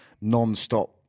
non-stop